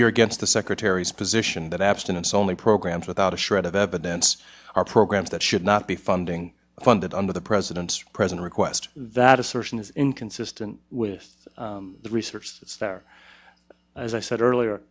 you're against the secretary's position that abstinence only programs without a shred of evidence are programs that should not be funding funded under the president's present request that assertion is inconsistent with the research stare as i said earlier